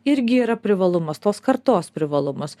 irgi yra privalumas tos kartos privalumas